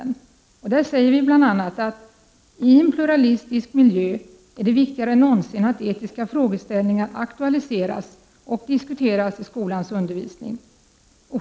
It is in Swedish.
I detta sägs bl.a.: ”I en pluralistisk miljö är det viktigare än någonsin att etiska frågeställningar aktualiseras och diskuteras i skolans undervisning.